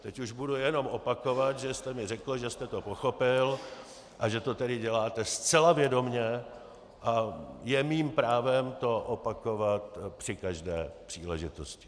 Teď už budu jenom opakovat, že jste mi řekl, že jste to pochopil, a že to tedy děláte zcela vědomě, a je mým právem to opakovat při každé příležitosti.